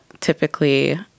typically